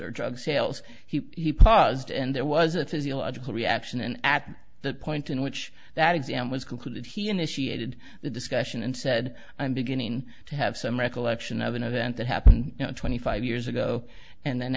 or drug sales he paused and there was a physiological reaction at the point in which that exam was concluded he initiated the discussion and said i'm beginning to have some recollection of an event that happened twenty five years ago and then